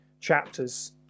chapters